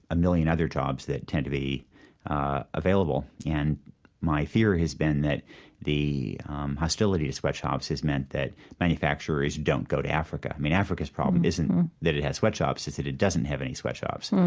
a million other jobs that tend to be available. and my fear has been that the hostility to sweatshops has meant that manufacturers don't go to africa. i mean, africa's problem isn't that it has sweatshops it's that it doesn't have any sweatshops.